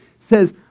says